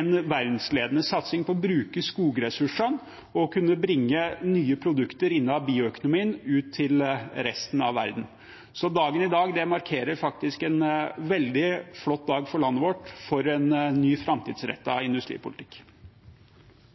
en verdensledende satsing på å bruke skogressursene og å bringe nye produkter innen bioøkonomien ut til resten av verden. Dagen i dag markerer faktisk en veldig flott dag for landet vårt, for en ny og framtidsrettet industripolitikk.